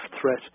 threat